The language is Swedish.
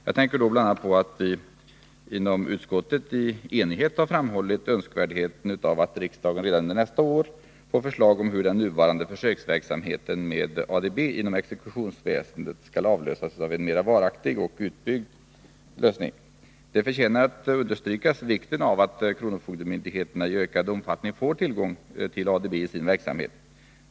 Jag tänker bl.a. på att vi inom utskottet i enighet har framhållit önskvärdheten av att riksdagen redan under nästa år får förslag om hur den nuvarande försöksverksamheten med ADB inom exekutionsväsendet skall följas av en mera varaktig och utbyggd lösning. Vikten av att kronofogdemyndigheterna i ökad omfattning får tillgång till ADB i sin verksamhet förtjänar att understrykas.